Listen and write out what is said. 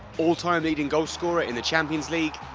all-time leading goalscorer in the champions league.